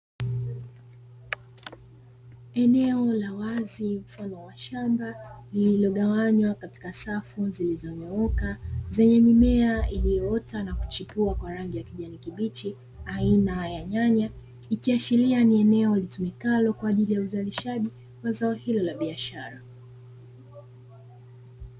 Eneo la wazi mfano wa shamba lililogawanywa katika safu zilizonyooka, zenye mimea iliyoota na kuchipua kwa rangi ya kijani kibichi, aina ya nyanya ikiashiria ni eneo litumikalo kwa ajili ya uzalishaji wa zao hilo la biashara.